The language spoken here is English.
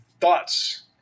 Thoughts